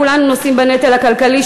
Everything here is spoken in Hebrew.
כולנו נושאים בנטל הכלכלי,